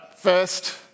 First